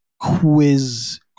quiz